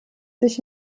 sich